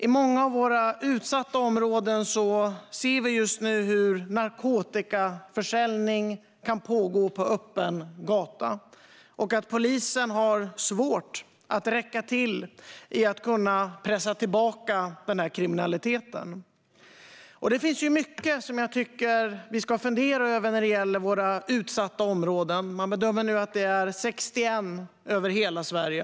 I många av våra utsatta områden ser vi just nu hur narkotikaförsäljning kan pågå på öppen gata och att polisen har svårt att räcka till när det gäller att kunna pressa tillbaka den här kriminaliteten. Det finns mycket som jag tycker att vi ska fundera över när det gäller våra utsatta områden, som man nu bedömer är 61 över hela Sverige.